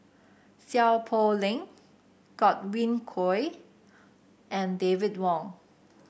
Seow Poh Leng Godwin Koay and David Wong